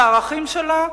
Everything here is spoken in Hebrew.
בערכים שלה.